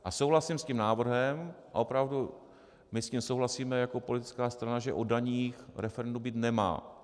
A souhlasím s tím návrhem a opravdu, my s tím souhlasíme jako politická strana, že o daních referendum být nemá.